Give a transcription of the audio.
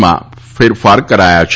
માં ફેરફાર કરાયા છે